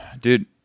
Dude